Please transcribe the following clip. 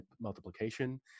multiplication